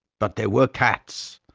but there were cats.